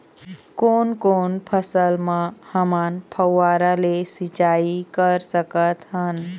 कोन कोन फसल म हमन फव्वारा ले सिचाई कर सकत हन?